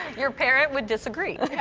your parent would disagree.